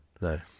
No